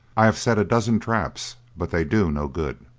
i have set a dozen traps, but they do no good.